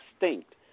extinct